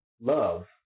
love